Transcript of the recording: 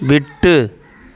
விட்டு